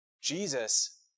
Jesus